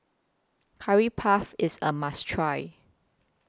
Curry Puff IS A must Try